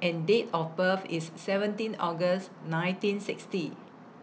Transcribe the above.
and Date of birth IS seventeen August nineteen sixty